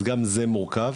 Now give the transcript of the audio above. אז גם זה מורכב.